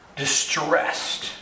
Distressed